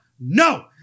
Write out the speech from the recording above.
No